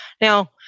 Now